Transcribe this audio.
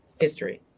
history